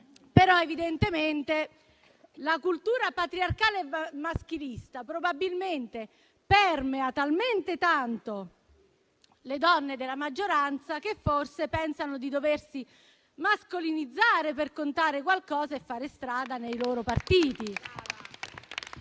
Evidentemente, però, la cultura patriarcale e maschilista probabilmente permea talmente tanto le donne della maggioranza, che forse pensano di doversi mascolinizzare per contare qualcosa e fare strada nei loro partiti.